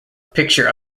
picture